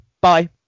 Bye